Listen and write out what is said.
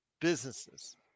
businesses